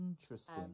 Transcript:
Interesting